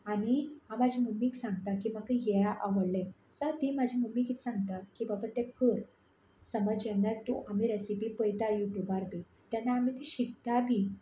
आनी हांव म्हजे मम्मीक सांगता की म्हाका हें आवडलें सा ती म्हाजी मम्मी कित सांगता की बाबा तें कर समज जेन्ना तूं आमी रॅसिपी पळयता युटुबार बी तेन्ना आमी ती शिकता बी